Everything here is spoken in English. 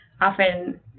often